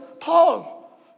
Paul